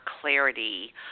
clarity